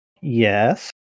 Yes